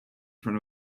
front